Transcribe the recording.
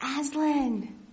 Aslan